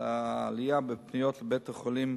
העלייה בפניות לבית-החולים